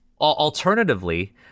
Alternatively